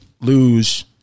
lose